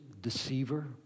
Deceiver